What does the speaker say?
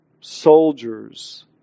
soldiers